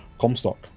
Comstock